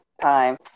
time